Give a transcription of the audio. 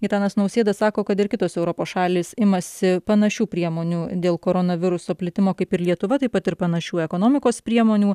gitanas nausėda sako kad ir kitos europos šalys imasi panašių priemonių dėl koronaviruso plitimo kaip ir lietuva taip pat ir panašių ekonomikos priemonių